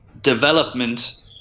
development